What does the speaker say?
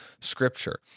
Scripture